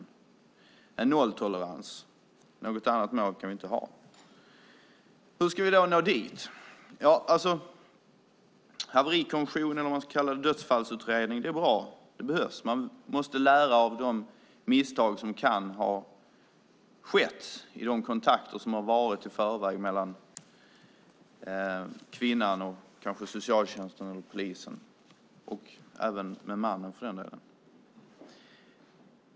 Det ska vara en nolltolerans. Något annat mål kan vi inte ha. Hur ska vi då nå dit? Det är bra med en haverikommission eller om vi ska kalla det dödsfallsutredning. Det behövs. Man måste lära av de misstag som kan ha skett i de kontakter som har varit mellan kvinnan och socialtjänsten eller polisen. Och det gäller även mannen för den delen.